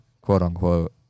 quote-unquote